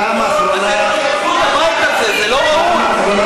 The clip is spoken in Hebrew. בפעם האחרונה, זו לא המהות.